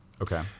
Okay